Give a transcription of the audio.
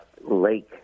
Lake